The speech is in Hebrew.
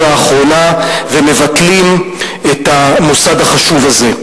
האחרונה ומבטלים את המוסד החשוב הזה.